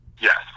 Yes